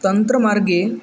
तन्त्रमार्गे